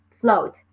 float